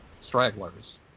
stragglers